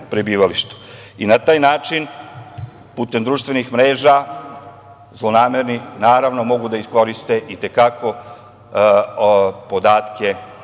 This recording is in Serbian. Na taj način, putem društvenih mreža, zlonamerni mogu da iskoriste i te kako privatne